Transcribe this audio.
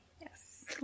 Yes